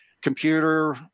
computer